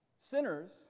Sinners